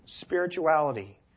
spirituality